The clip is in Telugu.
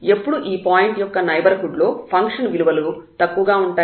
ఎప్పుడు ఈ పాయింట్ యొక్క నైబర్హుడ్ లో ఫంక్షన్ విలువలు తక్కువగా ఉంటాయి